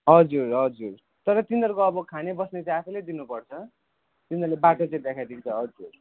हजुर हजुर तर तिनीहरूको अब खाने बस्ने चाहिँ आफैले दिनुपर्छ तिनीहरूले बाटो चाहिँ देखाइदिन्छ हजुर